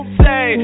say